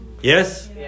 Yes